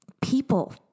People